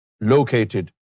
located